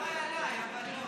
הלוואי עליי, אבל לא.